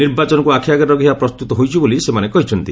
ନିର୍ବାଚନକୁ ଆଖିଆଗରେ ରଖି ଏହା ପ୍ରସ୍ତୁତ ହୋଇଛି ବୋଲି ସେମାନେ କହିଛନ୍ତି